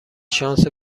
شانس